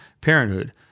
parenthood